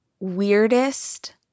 Weirdest